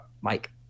Mike